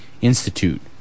Institute